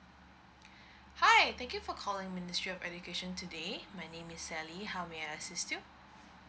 hi thank you for calling ministry of education today my name is sally how may I assist you